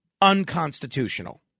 unconstitutional